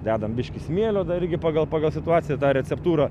dedam biškį smėlio dar irgi pagal pagal situaciją tą receptūrą